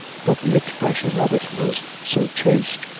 but the expression of it was so chaste,